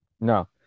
No